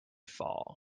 fall